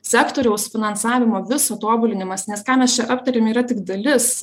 sektoriaus finansavimo viso tobulinimas nes ką mes čia aptarėm yra tik dalis